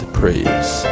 praise